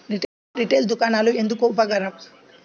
Retail దుకాణాలు ఎందుకు ఉపయోగకరం?